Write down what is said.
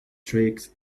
tricks